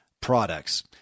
products